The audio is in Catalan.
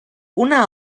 una